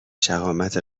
شهامت